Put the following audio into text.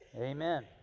amen